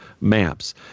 maps